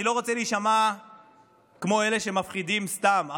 אני לא רוצה להישמע כמו אלה שמפחידים סתם,